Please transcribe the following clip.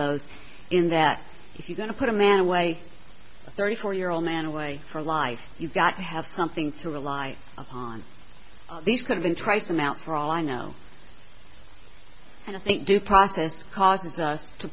those in that if you're going to put a man away thirty four year old man away for life you've got to have something to rely on these kind of in trice amounts for all i know and i think due process causes us to